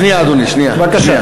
שנייה, אדוני, שנייה.